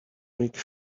make